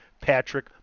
Patrick